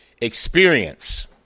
experience